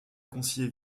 concilier